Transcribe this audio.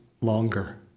longer